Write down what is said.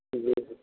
जी जी